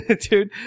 dude